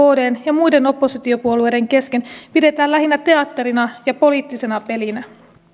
kdn ja muiden oppositiopuolueiden kesken pidetään lähinnä teatterina ja poliittisena pelinä